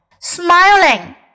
Smiling